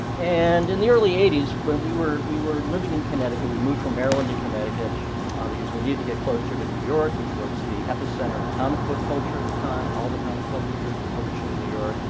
and in the early eighty s when we were we were living in connecticut. we moved from maryland to connecticut ah because we needed to get closer to new york which was the epicenter of comic book culture at the time. all the comic publishers were publishing in new york.